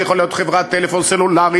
זו יכולה להיות חברת טלפון סלולרי,